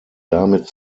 damit